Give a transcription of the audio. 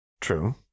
True